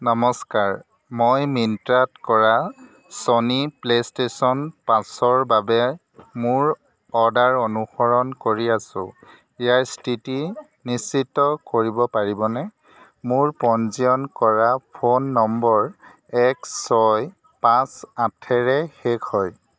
নমস্কাৰ মই মিন্ত্ৰাত কৰা ছনী প্লে'ষ্টেশ্যন পাঁচৰ বাবে মোৰ অৰ্ডাৰ অনুসৰণ কৰি আছোঁ ইয়াৰ স্থিতি নিশ্চিত কৰিব পাৰিবনে মোৰ পঞ্জীয়ন কৰা ফোন নম্বৰ এক ছয় পাঁচ আঠেৰে শেষ হয়